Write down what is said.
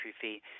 fee